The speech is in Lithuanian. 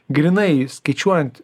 grynai skaičiuojant